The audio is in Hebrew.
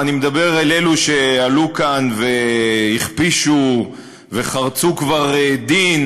אני מדבר אל אלו שעלו כאן והכפישו וחרצו כבר דין.